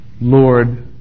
Lord